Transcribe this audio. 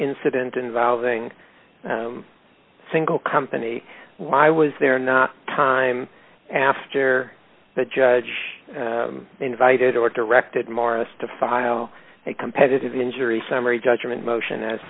incident involving a single company why was there not time after that judge invited or directed maurice to file a competitive injury summary judgment motion as